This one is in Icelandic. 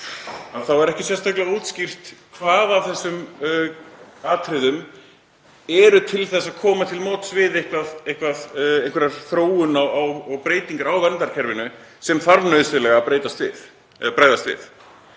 þá er ekki sérstaklega útskýrt hver af þessum atriðum eru til að koma til móts við einhverja þróun og breytingar á verndarkerfinu sem þarf nauðsynlega að bregðast við.